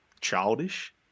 childish